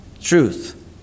truth